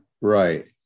Right